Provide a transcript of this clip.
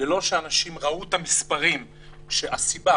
בלא שאנשים ראו את המספרים והסיבה,